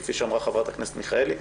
כפי שאמרה חברת הכנסת מיכאלי,